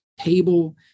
table